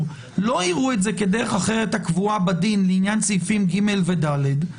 לא יראו את זה כדרך אחרת הקבועה בדין לעניין סעיפים קטנים (ג) ו-(ד).